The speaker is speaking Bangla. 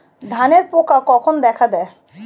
ধানের পোকা কখন দেখা দেয়?